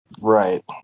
Right